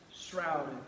Shrouded